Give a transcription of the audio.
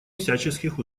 всяческих